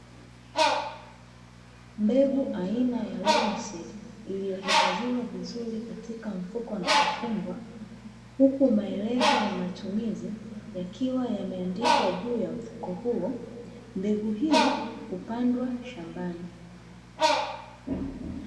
Mbegu aina ya (roayl seed) iliyohifadhiwa vizuri katika mfuko na kufungwa, huku maelezo ya matumizi yakiwa yameandikwa juu ya mfuko huo. Mbegu hii hupandwa shambani.